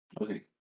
okay